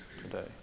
today